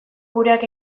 gureak